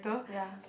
ya